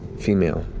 female,